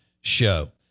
show